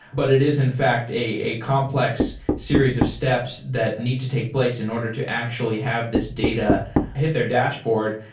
but it is in fact a a complex series of steps that need to take place in order to actually have this data hit their dashboard.